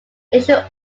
ancient